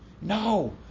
No